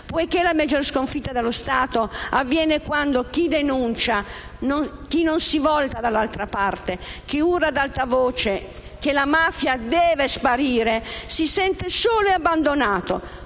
Poiché la peggior sconfitta per lo Stato avviene quando chi denuncia, chi non si volta dall'altra parte, chi urla ad alta voce che la mafia deve sparire, si sente solo ed abbandonato,